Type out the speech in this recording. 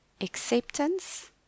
acceptance